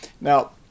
now